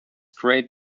great